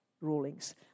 rulings